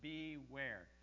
Beware